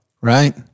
right